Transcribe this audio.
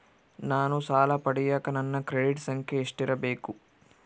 ನಾನು ಸಾಲ ಪಡಿಯಕ ನನ್ನ ಕ್ರೆಡಿಟ್ ಸಂಖ್ಯೆ ಎಷ್ಟಿರಬೇಕು?